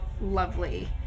lovely